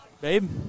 Babe